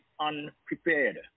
unprepared